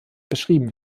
beschrieben